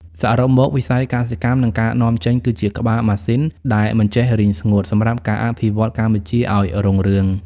សរុបមក វិស័យកសិកម្ម និងការនាំចេញ គឺជាក្បាលម៉ាស៊ីនដែលមិនចេះរីងស្ងួត សម្រាប់ការអភិវឌ្ឍកម្ពុជាឱ្យរុងរឿង។